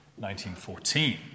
1914